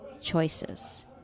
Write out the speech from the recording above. choices